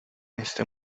este